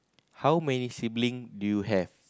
how many sibling do you have